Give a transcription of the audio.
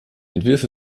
entwürfe